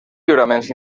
lliuraments